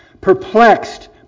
Perplexed